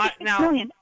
Now